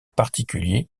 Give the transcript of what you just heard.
particulier